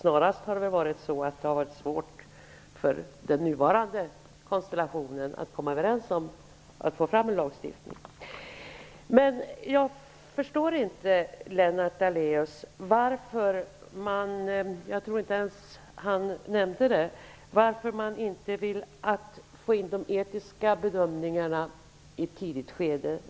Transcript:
Det har snarare varit svårt för den nuvarande regeringskonstellationen att komma överens om att få fram ett lagförslag. Jag förstår inte, Lennart Daléus, varför man inte vill få in de etiska bedömningarna i ett tidigt skede.